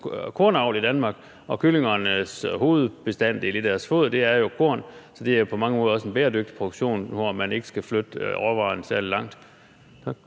masser af kornavl i Danmark, og hovedbestanddelen i kyllingernes foder er jo korn; så det er på mange måder også en bæredygtig produktion, hvor man ikke skal flytte råvarerne særlig langt.